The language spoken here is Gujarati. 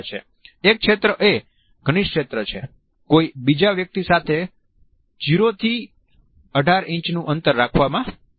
એક ક્ષેત્ર એ ઘનિષ્ઠ ક્ષેત્ર છે કોઈ બીજા વ્યક્તિ સાથે 0 થી 18 ઇંચ નુ અંતર રાખવામાં આવે છે